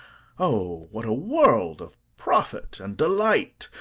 o, what a world of profit and delight,